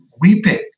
weeping